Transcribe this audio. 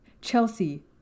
Chelsea